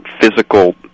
physical